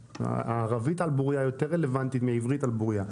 הערבים על בוריה יותר רלוונטית מעברית על בוריה.